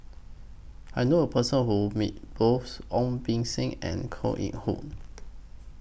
I knew A Person Who Met Both Ong Beng Seng and Koh Eng Hoon